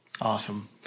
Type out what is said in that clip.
awesome